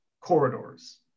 corridors